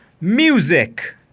music